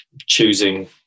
choosing